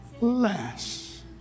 less